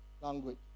language